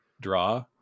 draw